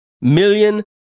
million